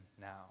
now